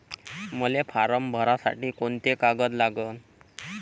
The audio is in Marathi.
मले फारम भरासाठी कोंते कागद लागन?